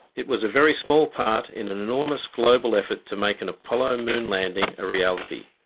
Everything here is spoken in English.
it was a very small part in an enormous global effort to make an apollo moon landing a reality.